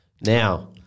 Now